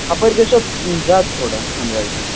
ہُپٲرۍ گَژھِو زیادٕ تھوڑا ہنٛدوارِ کِنۍ